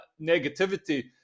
negativity